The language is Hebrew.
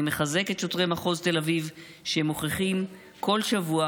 אני מחזק את שוטרי מחוז תל אביב שמוכיחים כל שבוע